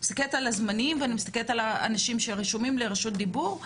אני מסתכלת על הזמנים ואני מסתכלת על האנשים שרשומים לרשות דיבור,